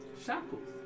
Shackles